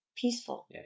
peaceful